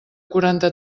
quaranta